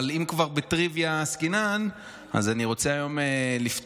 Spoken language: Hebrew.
אבל אם כבר בטריוויה עסקינן אז אני רוצה היום לציין,